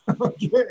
Okay